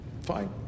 Fine